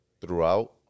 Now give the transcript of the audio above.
throughout